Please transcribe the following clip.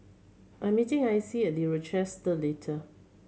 I'm meeting Icie The Rochester the later